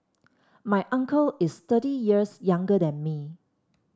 my uncle is thirty years younger than me